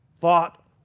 thought